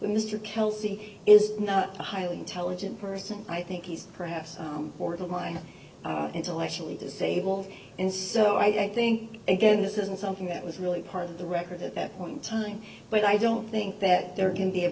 mr kelsey is not a highly intelligent person i think he's perhaps borderline intellectually disabled and so i think again this isn't something that was really part of the record at that one time but i don't think that there can be a